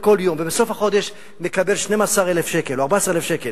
ובסוף החודש מקבל 12,000 שקל או 14,000 שקל,